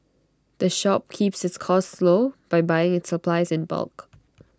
the shop keeps its costs low by buying its supplies in bulk